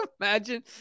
imagine